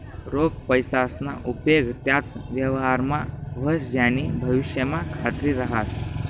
रोख पैसासना उपेग त्याच व्यवहारमा व्हस ज्यानी भविष्यमा खात्री रहास